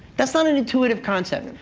that's not an intuitive concept.